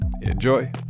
Enjoy